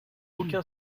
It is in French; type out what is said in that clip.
aucun